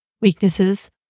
weaknesses